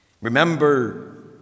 Remember